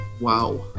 Wow